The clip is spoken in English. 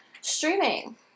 Streaming